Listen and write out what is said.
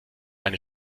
eine